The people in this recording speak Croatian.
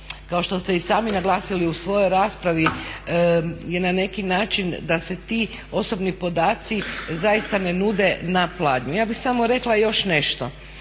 kao što ste i sami naglasili u svojoj raspravi je na neki način da se ti osobni podaci zaista ne nude na pladnju. Ja bih samo rekla još nešto,